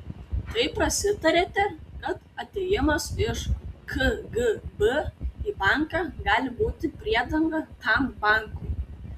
tai prasitarėte kad atėjimas iš kgb į banką gali būti priedanga tam bankui